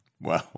Wow